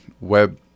web